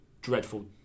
dreadful